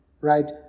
right